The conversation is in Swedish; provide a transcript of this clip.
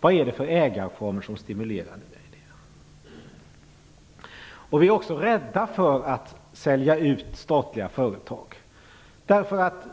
Vad är det för ägarformer som stimulerar nya idéer? Vi är också rädda för att sälja ut statliga företag.